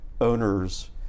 owners